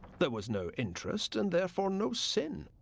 there was no interest, and therefore no sin,